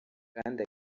kandi